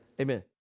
amen